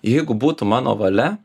jeigu būtų mano valia